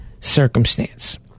circumstance